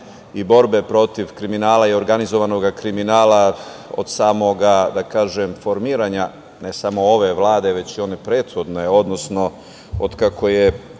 i borbe protiv kriminala i organizovanog kriminala od samog formiranja, ne samo ove Vlade, već i one prethodne, odnosno od kako je